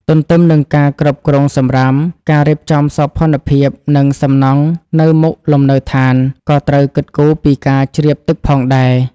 ទន្ទឹមនឹងការគ្រប់គ្រងសំរាម ការរៀបចំសោភ័ណភាព និងសំណង់នៅមុខលំនៅដ្ឋាន ក៏ត្រូវគិតគូរពីការជ្រាបទឹកផងដែរ។